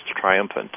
Triumphant